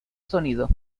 sonido